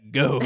go